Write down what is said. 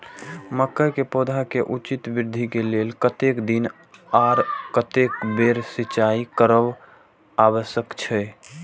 मके के पौधा के उचित वृद्धि के लेल कतेक दिन आर कतेक बेर सिंचाई करब आवश्यक छे?